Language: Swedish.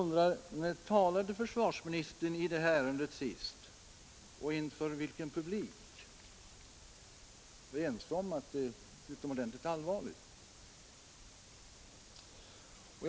När talade försvarsministern i detta ärende senast och inför vilken publik? Vi är ense om att läget är utomordentligt allvarligt.